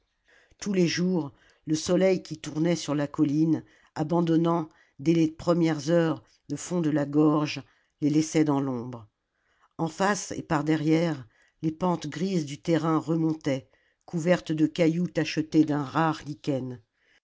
tous les jours le soleil qui tournait sur la colline abandonnant dès les premières heures le fond de la gorge les laissait dans l'ombre en face et par derrière les pentes grises du terrain remontaient couvertes de cailloux tachetés d'un rare